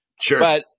Sure